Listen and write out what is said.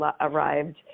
arrived